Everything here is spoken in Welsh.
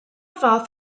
fath